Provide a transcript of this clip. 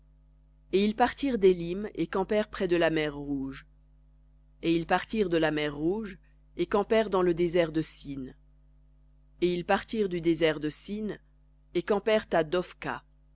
et ils partirent d'élim et campèrent près de la mer rouge et ils partirent de la mer rouge et campèrent dans le désert de sin et ils partirent du désert de sin et campèrent à